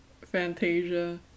Fantasia